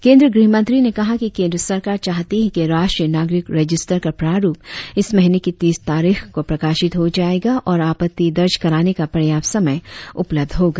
केंद्रीय गृहमंत्री ने कहा कि केंद्र सरकार चाहती है कि राष्ट्रीय नागरिक रजिस्टर का प्रारुप इस महीने की तीस तारीख को प्रकाशित हो जाएगा और आपत्ति दर्ज कराने का पर्याप्त समय उपलब्ध होगा